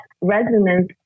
resonance